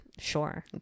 Sure